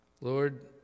Lord